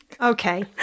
Okay